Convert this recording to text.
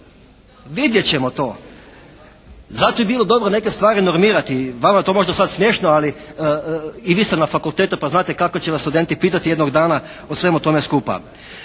Vidjet ćemo to. Zato bi bilo dobro neke stvari normirati. Vama je to možda sada smiješno, ali i vi ste na fakultetu pa znate kako će vas studenti pitati jednog dana o svemu tome skupa.